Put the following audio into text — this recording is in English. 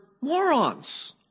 morons